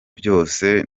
byose